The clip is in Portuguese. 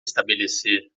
estabelecer